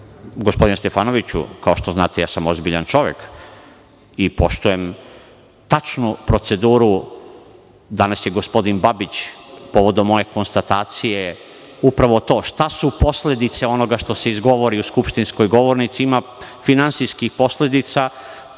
Gospodine Stefanoviću, kao što znate, ja sam ozbiljan čovek i poštujem tačnu proceduru. Danas je gospodin Babić povodom moje konstatacije, upravo to šta su posledice onoga što se izgovori u skupštinskoj govornici, ima finansijskih posledica pa prihvatam